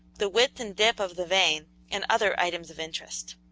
the width and dip of the vein, and other items of interest.